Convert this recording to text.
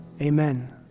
amen